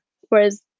whereas